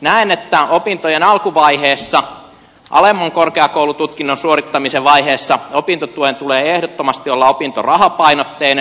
näen että opintojen alkuvaiheessa alemman korkeakoulututkinnon suorittamisen vaiheessa opintotuen tulee ehdottomasti olla opintorahapainotteinen